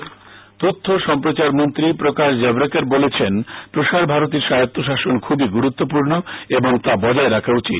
জাভবেকর তথ্য ও সম্প্রচার মন্ত্রী প্রকাশ জাভরেকর বলেছেন প্রসার ভারতীর স্বায়ত্বশাসন খুবই গুরুত্বপূর্ণ এবং তা বজায় রাখা উচিত